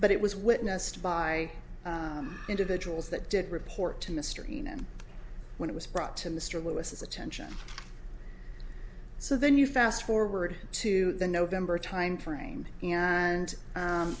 but it was witnessed by i individuals that did report to mr heenan when it was brought to mr lewis's attention so then you fast forward to the november timeframe and